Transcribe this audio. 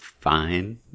fine